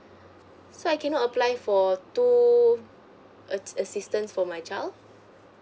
so I cannot apply for two ass~ assistance for my child